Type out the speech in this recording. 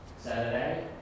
Saturday